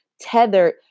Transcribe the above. tethered